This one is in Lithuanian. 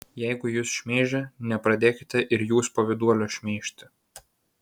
jeigu jus šmeižia nepradėkite ir jūs pavyduolio šmeižti